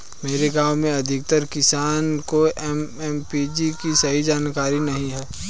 मेरे गांव में अधिकतर किसान को एम.एस.पी की सही जानकारी नहीं है